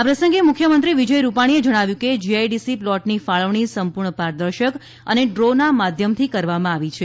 આ પ્રસંગે મુખ્યમંત્રી મુખ્યમંત્રી શ્રી રૂપાણીએ જણાવ્યું હતું કે જીઆઈડીસી પ્લોટની ફાળવણી સંપૂર્ણ પારદર્શક અને ડ્રો ના માધ્યમથી કરવામાં આવી છે